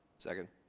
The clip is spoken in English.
second.